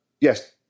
yes